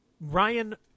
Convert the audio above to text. Ryan